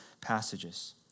passages